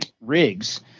rigs